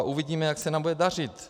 Uvidíme, jak se nám bude dařit.